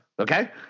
Okay